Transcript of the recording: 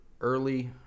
early